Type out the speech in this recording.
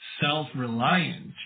self-reliant